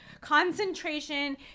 concentration